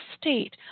state